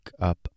up